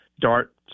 Dart